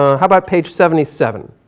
ah how about page seventy seven.